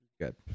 Good